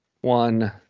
one